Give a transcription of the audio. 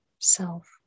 self